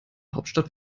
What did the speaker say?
hauptstadt